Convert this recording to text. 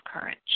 courage